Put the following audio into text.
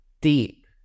deep